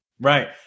Right